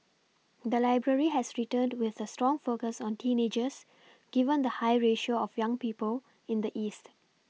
the library has returned with a strong focus on teenagers given the high ratio of young people in the east